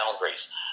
boundaries